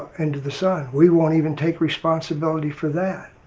into the sun. we won't even take responsibility for that.